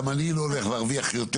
גם אני לא הולך להרוויח יותר